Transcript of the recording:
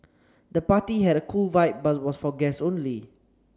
the party had a cool vibe but was for guests only